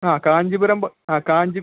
ആ കാഞ്ചീപുരം പ ആ കാഞ്ചി